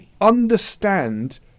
understand